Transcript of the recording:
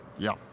yeah,